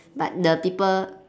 but the people